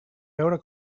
veure